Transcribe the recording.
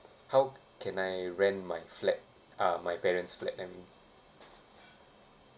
how can I rent my flat uh my parents' flat and